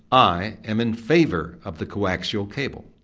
i am in favour of the coaxial cable.